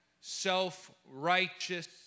self-righteous